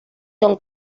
don